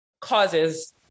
causes